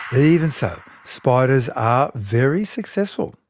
even so, spiders are very successful.